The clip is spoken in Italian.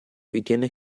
ritiene